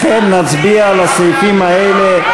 לכן נצביע על הסעיפים האלה,